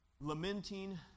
lamenting